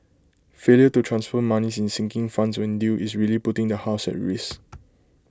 failure to transfer monies in sinking funds when due is really putting the house at risk